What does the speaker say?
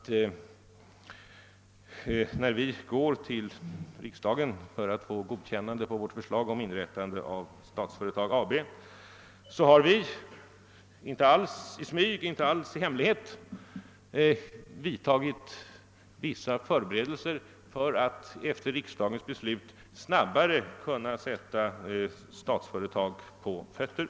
När vi gick till riksdagen med vårt förslag om inrättande av Statsföretag AB hade vi inte alls i hemlighet vidtagit förberedelser för att efter riksdagens beslut snabbare kunna sätta Statsföretag AB på fötter.